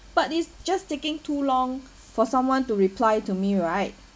but it's just taking too long for someone to reply to me right